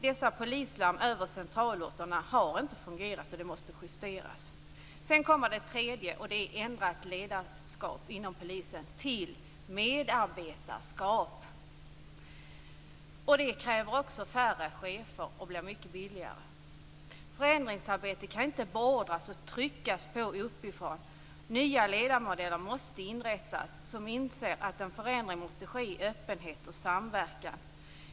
Dessa polislarm över centralorterna har inte fungerat, och det måste justeras. Det tredje som jag vill ta upp gäller ändrat ledarskap inom polisen till medarbetarskap. Det kräver också färre chefer och blir mycket billigare. Förändringsarbete kan inte bara beordras uppifrån. Nya ledarmodeller måste inrättas som innebär att man inser att en förändring måste ske i öppenhet och i samverkan.